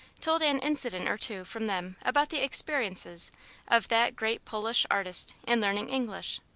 told an incident or two from them about the experiences of that great polish artiste in learning english.